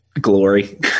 Glory